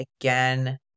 again